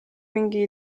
mingi